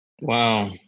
Wow